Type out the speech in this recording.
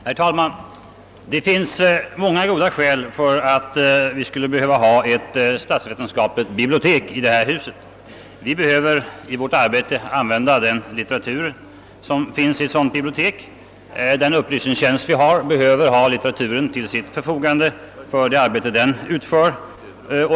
Herr talman! Det finns många goda skäl för att det skulle finnas ett statsvetenskapligt bibliotek i detta hus. Vi behöver i vårt arbete använda den litteratur som ryms i ett sådant bibliotek, och riksdagens upplysningstjänst behöver ha litteraturen till sitt förfogande för det arbete den skall utföra.